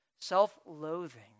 Self-loathing